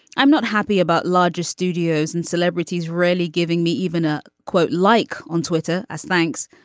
i'm not happy about larger studios and celebrities rarely giving me even a quote like on twitter as thanks.